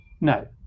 No